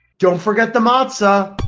don't forget the matzah.